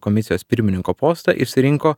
komisijos pirmininko postą išsirinko